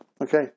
Okay